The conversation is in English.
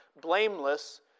blameless